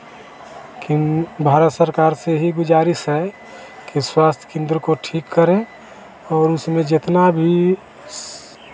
कि भारत सरकार से यही गुज़ारिश है कि स्वास्थ्य केंद्र को ठीक करें और उसमें जितना भी